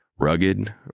Rugged